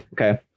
Okay